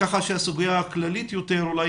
כך שהסוגיה הכללית יותר אולי